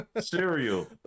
cereal